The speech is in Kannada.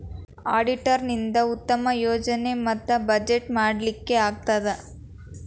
ಅಡಿಟರ್ ನಿಂದಾ ಉತ್ತಮ ಯೋಜನೆ ಮತ್ತ ಬಜೆಟ್ ಮಾಡ್ಲಿಕ್ಕೆ ಆಗ್ತದ